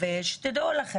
תעזוב את האולם.